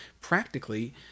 practically